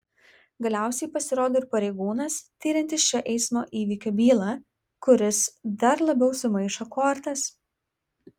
galiausiai pasirodo ir pareigūnas tiriantis šio eismo įvykio bylą kuris dar labiau sumaišo kortas